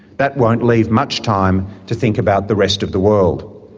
that won't leave much time to think about the rest of the world.